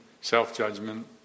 self-judgment